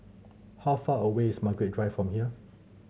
how far away is Margaret Drive from here